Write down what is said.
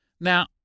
Now